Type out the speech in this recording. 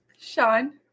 Sean